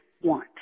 want